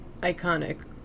iconic